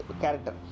character